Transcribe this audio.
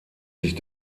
sich